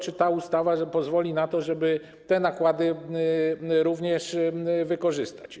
Czy ta ustawa pozwoli na to, żeby te nakłady również wykorzystać?